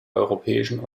europäischen